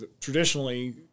traditionally